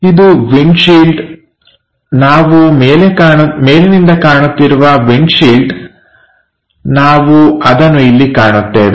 ಇದು windshield ನಾವು ಮೇಲಿನಿಂದ ಕಾಣುತ್ತಿರುವ ವಿಂಡ್ ಶೀಲ್ಡ್ ನಾವು ಅದನ್ನು ಇಲ್ಲಿ ಕಾಣುತ್ತೇವೆ